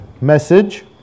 message